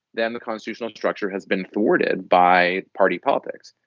then the constitutional structure has been thwarted by party politics,